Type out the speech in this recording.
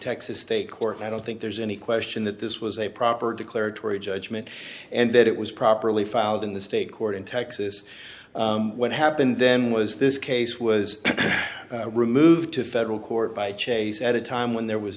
texas state court and i don't think there's any question that this was a proper declaratory judgment and that it was properly filed in the state court in texas what happened then was this case was removed to federal court by chase at a time when there was